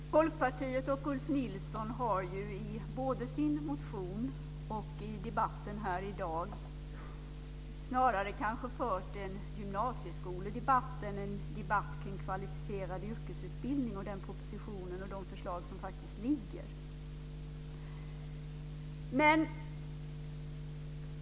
Herr talman! Folkpartiet och Ulf Nilsson har ju både i sin motion och i debatten här i dag kanske snarare fört en gymnasieskoledebatt än en debatt omkring kvalificerad yrkesutbildning, den proposition och de förslag som faktiskt ligger framme.